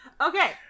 Okay